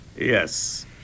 Yes